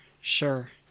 sure